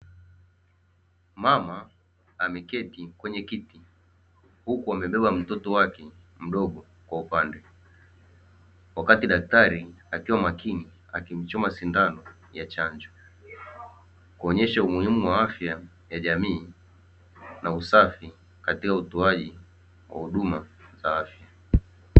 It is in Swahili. Mama ameketi kwenye kiti huku akiwa amebeba mtoto wake kwa upande, wakati daktari akiwa makini akimchoma sindano ya chanjo, kuonyesha umuhimu wa afya ya jamii na usafi katika utoaji wa huduma za afya.